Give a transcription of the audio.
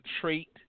trait